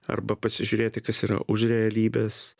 arba pasižiūrėti kas yra už realybės